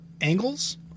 Angles